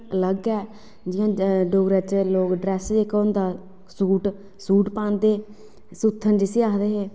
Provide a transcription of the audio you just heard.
अलग ऐ जियां डोगरा ड्रैस जेह्का होंदा सूट सूट पांदे सुत्थन जिसी आक्खदे हे